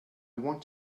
want